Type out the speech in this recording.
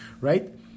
right